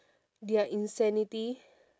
their insanity